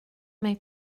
mae